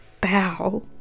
bow